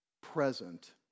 present